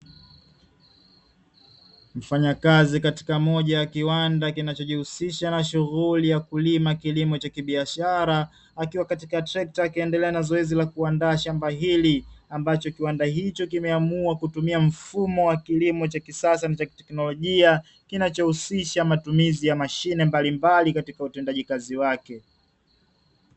Mfanyakazi katika moja ya kiwanda kinachojihusisha na shughuli ya kulima kilimo cha kibiashara, akiwa katika trekta, akiendelea na zoezi la kuandaa shamba hili; ambacho kiwanda hicho kimeamua kutumia mfumo wa kilimo cha kisasa na cha kiteknolojia, kinachohusisha matumizi ya mashine mbalimbali katika utendaji kazi wake.